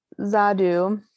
Zadu